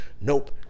Nope